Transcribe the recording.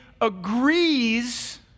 agrees